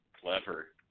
Clever